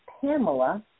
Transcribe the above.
Pamela